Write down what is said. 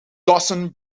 dozen